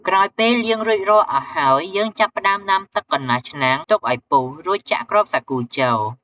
ក្រោយពេលលាងរួចរាល់អស់ហើយ យើងចាប់ផ្ដើមដាំទឹកកន្លះឆ្នាំង ទុកឱ្យពុះ រួចចាក់គ្រាប់សាគូចូល។